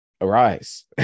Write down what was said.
arise